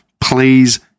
please